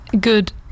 good